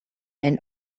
and